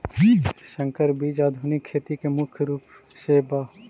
संकर बीज आधुनिक खेती में मुख्य रूप से बा